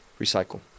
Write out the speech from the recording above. Recycle